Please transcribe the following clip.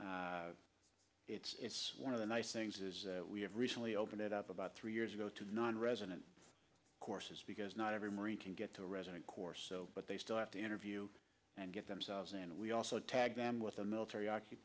and it's one of the nice things is we have recently opened it up about three years ago to nonresident courses because not every marine can get to a resident course but they still have to interview and get themselves and we also tag them with a military occup